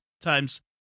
times